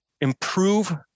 improve